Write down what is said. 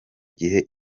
gihe